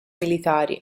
militari